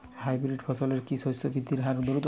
Hybrid ফসলের কি শস্য বৃদ্ধির হার দ্রুত?